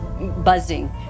buzzing